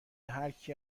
هرکی